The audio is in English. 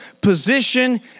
position